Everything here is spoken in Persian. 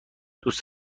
دوست